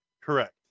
Correct